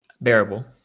Bearable